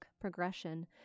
progression